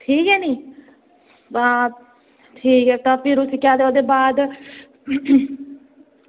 ठीक ऐ नी आं ना लैता फ्ही ओह्दे बाद